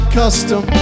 custom